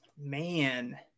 Man